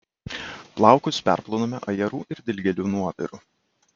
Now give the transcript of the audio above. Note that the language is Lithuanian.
plaukus perplauname ajerų ir dilgėlių nuoviru